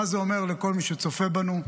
מה זה אומר לכל מי שצופה בנו?